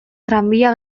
tranbia